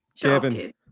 Kevin